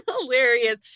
hilarious